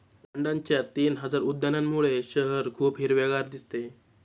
लंडनच्या तीन हजार उद्यानांमुळे शहर खूप हिरवेगार दिसते